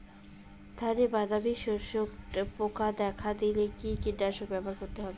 ধানে বাদামি শোষক পোকা দেখা দিলে কি কীটনাশক ব্যবহার করতে হবে?